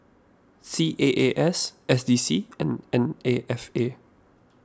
C A A S S D C and N N A F A